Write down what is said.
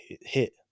hit